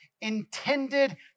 intended